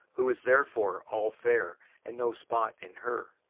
who is therefore all fair, and no spot in her?